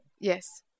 Yes